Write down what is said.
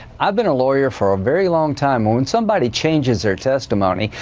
i've been a lawyer for a very long time, and when somebody changes their testimony,